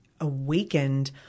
awakened